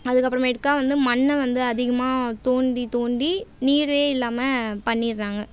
அதுக்கப்புறமேட்டுக்கா வந்து மண்ணை வந்து அதிகமாக தோண்டி தோண்டி நீரே இல்லாமல் பண்ணிடுறாங்க